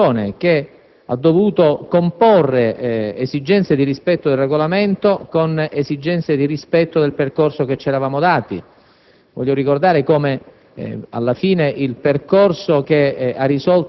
Avevamo trovato una soluzione che ha dovuto comporre esigenze di rispetto del Regolamento con esigenze di rispetto del percorso che ci eravamo dati.